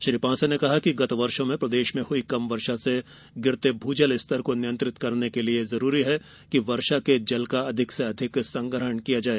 श्री पांसे ने कहा कि गत वर्षो में प्रदेश में हुई कम वर्षा से गिरते भू जल स्तर को नियंत्रित करने के लिए आवश्यक है कि वर्षा के जल का अधिक से अधिक संग्रहण किया जाए